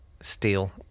steel